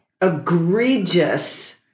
egregious